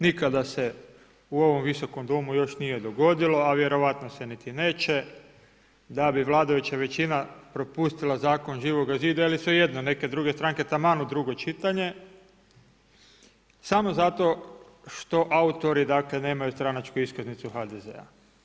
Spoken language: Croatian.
Nikada se u ovom Visokom domu nije dogodilo a vjerojatno se niti neće da bi vladajuća većina propustila zakon Živoga zida ili svejedno neke druge stranke taman u drugo čitanje samo zato što autori dakle nemaju stranačku iskaznicu HDZ-a.